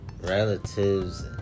relatives